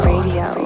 Radio